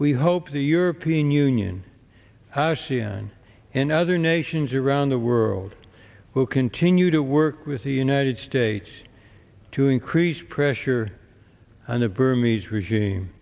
we hope the european union has c n n and other nations around the world who continue to work with the united states to increase pressure on the burmese regime